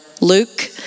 Luke